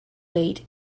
weight